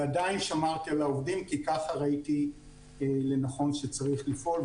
ועדיין שמרתי על העובדים כי ככה ראיתי לנכון שצריך לפעול,